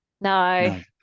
no